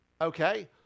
okay